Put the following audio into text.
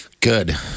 Good